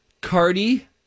Cardi